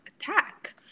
attack